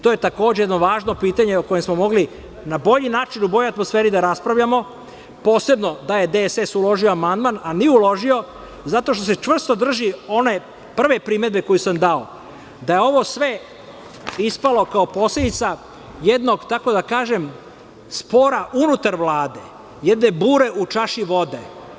To je takođe jedno važno pitanje koje smo mogli na bolji način, u boljoj atmosferi da raspravljamo posebno da je DSS uložila amandman, a nije uložio zato što se čvrsto drži one prve primedbe koju sam dao, da je ovo sve ispalo kao posledica jednog tako da kažem spora unutar Vlade, jedne bure u čaši vode.